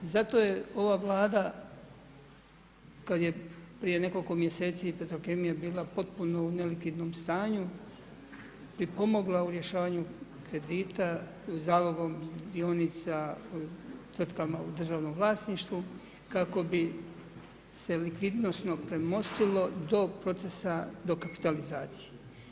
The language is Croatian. Zato je ova Vlada kad je prije nekoliko mjeseci Petrokemija bila potpuno u nelikvidnom stanju pripomogla u rješavanju kredita zalogom dionica tvrtkama u državnom vlasništvu kako bi se likvidnosno premostilo do procesa dokapitalizacije.